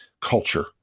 culture